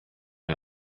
her